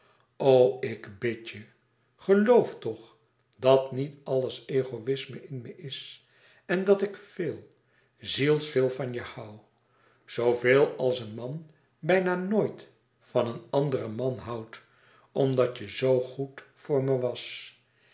ik bid je gelof toch dat niet alles egoïsme in me is en dat ik veel zielsveel van je hoû zooveel als een man bijna nooit van een anderen man houdt omdat je zoo goed voor me was